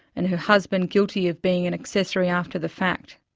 and her husband guilty of being an accessory after the fact.